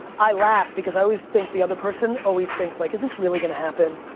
i laugh because i always think the other person always thinks like is this really gonna happen?